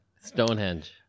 Stonehenge